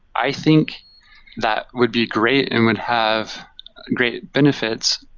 i think that would be great and would have great benefits,